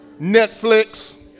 Netflix